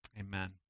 Amen